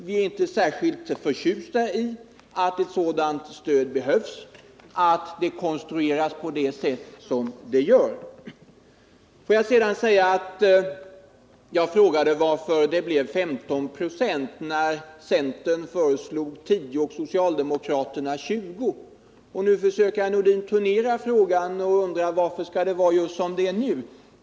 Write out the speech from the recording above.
Vi är inte särskilt förtjusta i att ett sådant stöd behövs och att det konstrueras på det sätt som nu är fallet. Jag frågade varför det blev 15 96, när centern föreslog 10 96 och socialdemokraterna 20 26. Nu försöker herr Nordin turnera frågan och undrar varför det skall vara just så som det är nu.